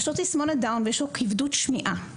יש לו תסמונת דאון, ויש לו כבדות שמיעה.